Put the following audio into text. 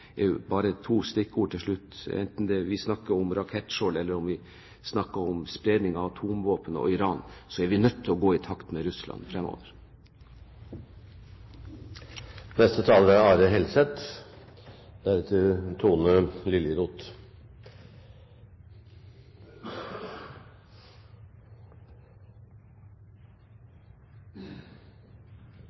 to stikkord til slutt: Enten vi snakker om rakettskjold, eller om vi snakker om spredning av atomvåpen og Iran, er vi nødt til å gå i takt med Russland